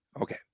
Okay